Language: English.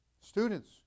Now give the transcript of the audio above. students